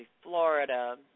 Florida